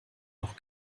noch